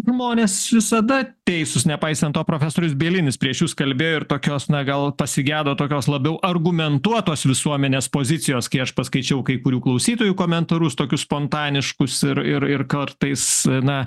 žmonės visada teisūs nepaisant to profesorius bielinis prieš jus kalbėjo ir tokios na gal pasigedo tokios labiau argumentuotos visuomenės pozicijos kai aš paskaičiau kai kurių klausytojų komentarus tokius spontaniškus ir ir kartais na